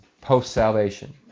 post-salvation